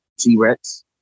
t-rex